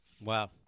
Wow